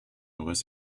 was